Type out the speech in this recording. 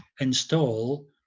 install